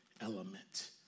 element